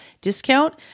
discount